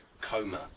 coma